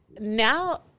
now